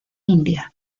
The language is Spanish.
india